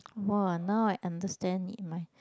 !wah! now I understand it my